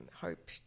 hope